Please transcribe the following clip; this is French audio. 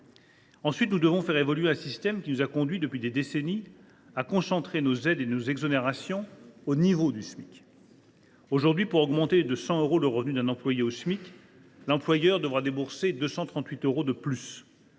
Ensuite, nous devons faire évoluer un système qui nous a conduits, depuis des décennies, à concentrer nos aides et nos exonérations au niveau du Smic. « Aujourd’hui, pour augmenter de 100 euros le revenu d’un employé au Smic, l’employeur devra débourser 238 euros de plus.